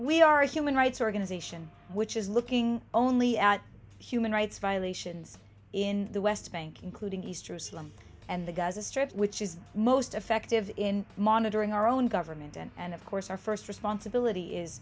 we are a human rights organization which is looking only at human rights violations in the west bank including east jerusalem and the gaza strip which is most effective in monitoring our own government and of course our first responsibility is